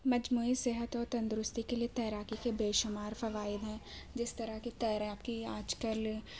مجموعی صحت اور تندرستی کے لئے تیراکی کے بے شمار فوائد ہیں جس طرح کی تیراکی آج کل